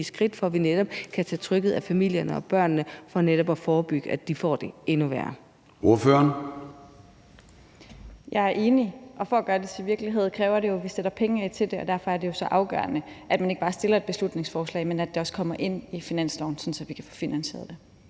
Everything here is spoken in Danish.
forhold til at vi netop kan tage trykket af familierne og børnene for at forebygge, at de får det endnu værre. Kl. 13:36 Formanden (Søren Gade): Ordføreren. Kl. 13:36 Lotte Rod (RV): Jeg er enig; og for at gøre det til virkelighed kræver det jo, at vi sætter penge af til det. Derfor er det jo så afgørende, at man ikke bare fremsætter et beslutningsforslag, men at det også kommer ind i finansloven, sådan at vi kan få finansieret det.